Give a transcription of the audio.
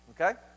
okay